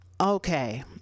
Okay